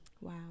wow